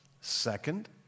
Second